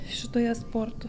šitoje sporto